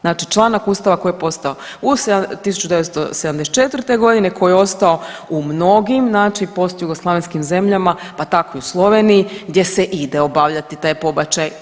Znači članak Ustava koji je postao 1974. godine koji je ostao u mnogim, znači post jugoslavenskim zemljama, pa tako i u Sloveniji gdje se ide obavljati taj pobačaj.